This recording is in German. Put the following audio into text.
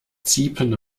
ziepen